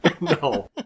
No